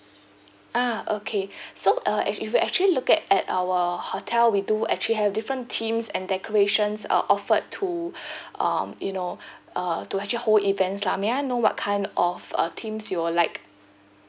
ah okay so uh if if you actually look at at our hotel we do actually have different themes and decorations uh offered to um you know uh to actually hold events lah may I know what kind of uh themes you will like